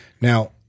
Now